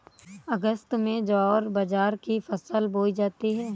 अगस्त में ज्वार बाजरा की फसल बोई जाती हैं